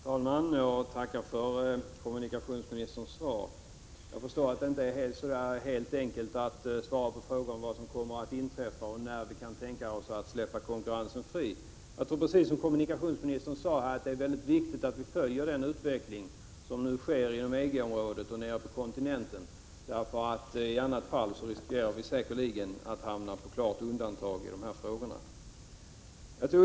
Herr talman! Jag tackar för kommunikationsministerns svar. Jag förstår att det inte är så enkelt att svara på frågan vad som kommer att inträffa och när vi kan tänka oss att släppa konkurrensen fri. Jag tror precis som kommunikationsministern att det är mycket viktigt att vi följer utvecklingen inom EG-området och nere på kontinenten. I annat fall riskerar vi säkerligen att komma på undantag i de här frågorna.